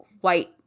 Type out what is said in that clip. white